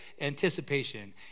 anticipation